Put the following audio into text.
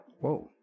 Whoa